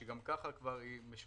שגם ככה משופצת,